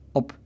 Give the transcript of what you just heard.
op